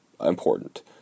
important